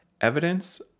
evidence